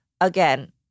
again